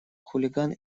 хулиган